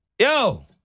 yo